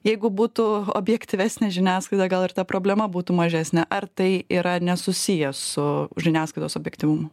jeigu būtų objektyvesnė žiniasklaida gal ir ta problema būtų mažesnė ar tai yra nesusiję su žiniasklaidos objektyvumu